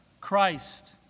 Christ